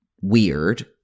weird